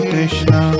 Krishna